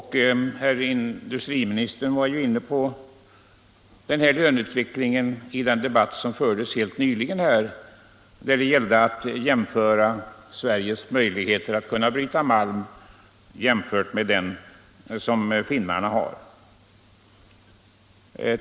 Herr industriministern var ju inne på denna löneutveckling i den debatt som fördes här för en liten stund sedan, där det gällde att jämföra Sveriges möjligheter att bryta malm med de möjligheter som Finland har.